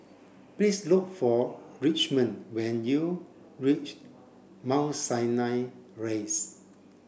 please look for Richmond when you reach Mount Sinai Rise